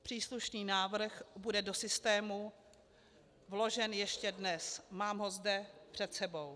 Příslušný návrh bude do systému vložen ještě dnes, mám ho zde před sebou.